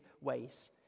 ways